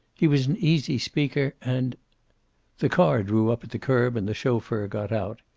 he was an easy speaker, and the car drew up at the curb and the chauffeur got out.